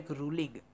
ruling